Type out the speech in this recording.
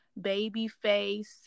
Babyface